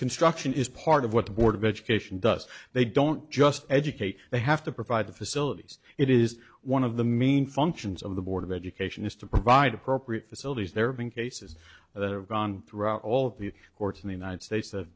construction is part of what the board of education does they don't just educate they have to provide the facilities it is one of the main functions of the board of education is to provide appropriate facilities there have been cases that have gone through all of the courts in the united states